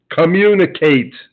Communicate